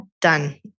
done